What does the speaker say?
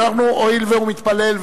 הואיל והוא מתפלל,